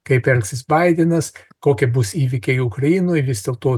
kaip elgsis baidenas kokie bus įvykiai ukrainoj vis dėlto